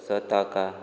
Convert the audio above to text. तसो ताका